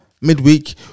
midweek